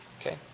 Okay